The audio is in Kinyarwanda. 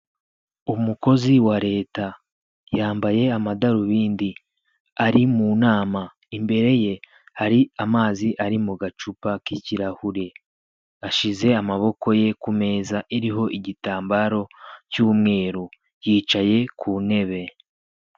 Umukozi wa Leta yambaye amadarubindi ari mu nama. Imbere ye hari amazi ari mu gacupa k'ikirahure, ashize amaboko ye ku meza iriho igitambaro cy'umweru, yicaye ku ntebe.